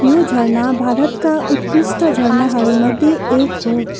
यो झरना भारतका उत्कृष्ट झरनाहरूमध्ये एक हो